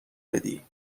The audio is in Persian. بدی